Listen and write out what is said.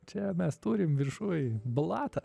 čia mes turim viršuj blatą